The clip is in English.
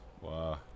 Wow